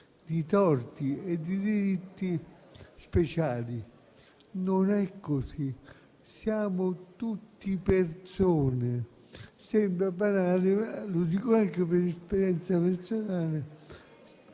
di torti e di diritti speciali. Non è così: siamo tutti persone. Sembra banale ma lo dico anche per esperienza personale: